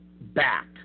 back